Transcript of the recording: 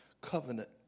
covenant